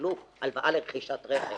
שקיבלו הלוואה לרכישת רכב